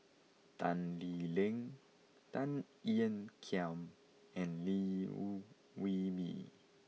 Tan Lee Leng Tan Ean Kiam and Liew Woo Wee Mee